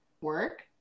work